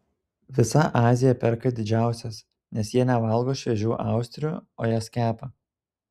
visa azija perka didžiausias nes jie nevalgo šviežių austrių o jas kepa